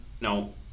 No